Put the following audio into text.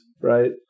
right